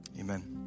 Amen